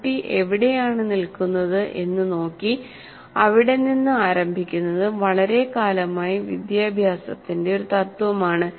കുട്ടി എവിടെയാണ് നില്കുന്നത് എന്ന് നോക്കി അവിടെ നിന്ന് ആരംഭിക്കുന്നത് വളരെക്കാലമായി വിദ്യാഭ്യാസത്തിന്റെ ഒരു തത്വമാണ്